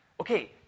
Okay